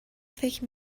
فکر